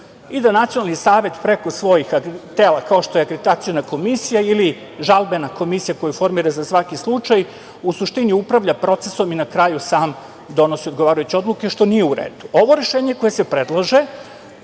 i da Nacionalni savet preko svojih tela, kao što je akreditaciona komisija ili žalbena komisija koju formira za svaki slučaj, u suštini upravlja procesom i na kraju sam donosi odgovarajuće odluke, što nije u redu. Ovo rešenje koje se predlaže